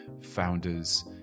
founders